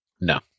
No